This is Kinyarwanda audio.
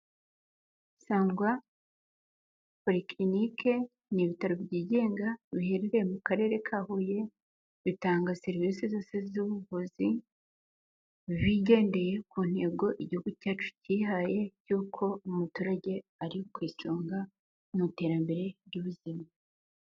Sangwa porikirinike ni ibitaro byigenga, biherereye mu karere ka Huye, bitanga serivisi zose z'ubuvuzi bigendeye ku ntego igihugu cyacu cyihaye y'uko umuturage ari ku isonga mu iterambere ry'ubuzima.